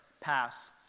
pass